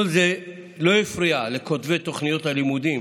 כל זה לא הפריע לכותבי תוכניות הלימודים